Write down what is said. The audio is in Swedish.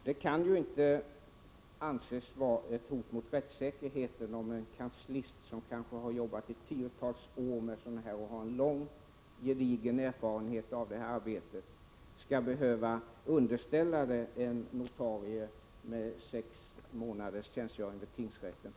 Det kan inte anses vara ett hot mot rättssäkerheten om en kanslist, som kanske har jobbat i tiotals år och har en lång och gedigen erfarenhet av arbetet, inte behöver underställa ärendena en notarie med sex månaders tjänstgöring vid tingsrätten.